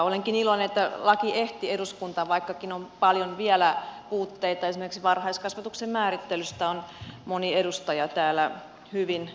olenkin iloinen että laki ehti eduskuntaan vaikkakin on paljon vielä puutteita esimerkiksi varhaiskasvatuksen määrittelystä on moni edustaja täällä hyvin puhunutkin